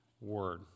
word